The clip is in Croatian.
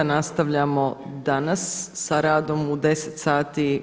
Nastavljamo danas sa radom u 10 sati.